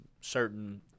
certain